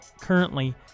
currently